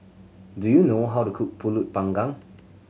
do you know how to cook Pulut Panggang